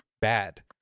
bad